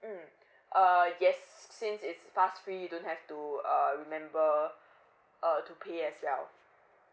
mm err yes since it's fuss free you don't have to err remember uh to pay as well